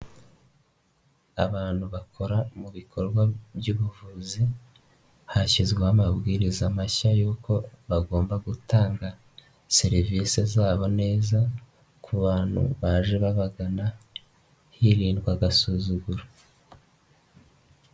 Abantu bakora mu bikorwa by'ubuvuzi hashyizweho amabwiriza mashya y'uko bagomba gutanga serivisi zabo neza ku bantu baje babagana hirindwa agasuzuguro.